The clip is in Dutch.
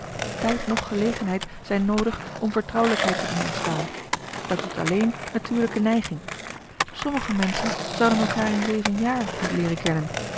tijd noch gelegenheid zijn noodig om vertrouwelijkheid te doen ontstaan dat doet alleen natuurlijke neiging sommige menschen zouden elkaar in zeven jaar niet leeren kennen